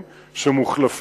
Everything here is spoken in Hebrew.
לשאול: